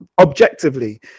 objectively